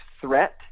Threat